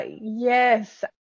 yes